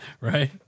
right